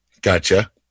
Gotcha